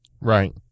Right